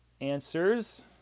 answers